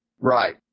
Right